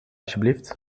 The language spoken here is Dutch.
alsjeblieft